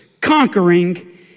conquering